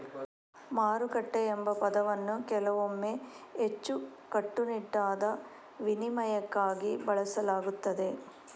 ಮಾರುಕಟ್ಟೆ ಎಂಬ ಪದವನ್ನು ಕೆಲವೊಮ್ಮೆ ಹೆಚ್ಚು ಕಟ್ಟುನಿಟ್ಟಾದ ವಿನಿಮಯಕ್ಕಾಗಿ ಬಳಸಲಾಗುತ್ತದೆ